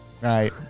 right